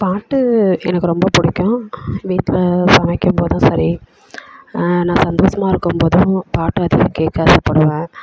பாட்டு எனக்கு ரொம்ப பிடிக்கும் வீட்டில் சமைக்கும் போதும் சரி நான் சந்தோஷமா இருக்கும் போதும் பாட்டை கேட்க ஆசைப்படுவேன்